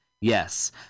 yes